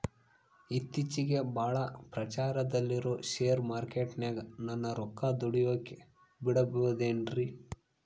ಇತ್ತೇಚಿಗೆ ಬಹಳ ಪ್ರಚಾರದಲ್ಲಿರೋ ಶೇರ್ ಮಾರ್ಕೇಟಿನಾಗ ನನ್ನ ರೊಕ್ಕ ದುಡಿಯೋಕೆ ಬಿಡುಬಹುದೇನ್ರಿ?